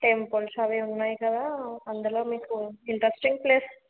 temples అవి ఉన్నాయి కదా అందులో మీకు ఇంటరెస్టింగ్ ప్లేస్